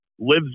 lives